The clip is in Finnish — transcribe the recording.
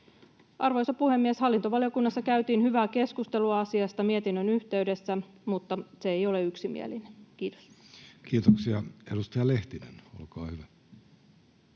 Arvoisa puhemies! Hallintovaliokunnassa käytiin hyvää keskustelua asiasta mietinnön yhteydessä, mutta se ei ole yksimielinen. — Kiitos. Kiitoksia. — Edustaja Lehtinen, olkaa hyvä.